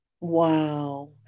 Wow